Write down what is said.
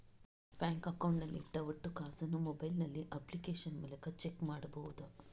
Bank account ನಲ್ಲಿ ಇಟ್ಟ ಒಟ್ಟು ಕಾಸನ್ನು ಮೊಬೈಲ್ ನಲ್ಲಿ ಅಪ್ಲಿಕೇಶನ್ ಮೂಲಕ ಚೆಕ್ ಮಾಡಬಹುದಾ?